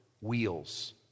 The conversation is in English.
wheels